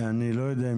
אני לא יודע.